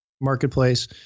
marketplace